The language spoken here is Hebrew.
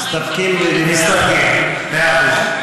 מסתפקים בדברי השר, מאה אחוז.